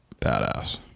badass